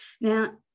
Now